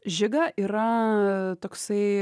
žiga yra toksai